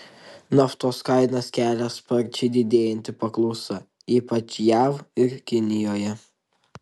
naftos kainas kelia sparčiai didėjanti paklausa ypač jav ir kinijoje